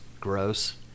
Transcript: gross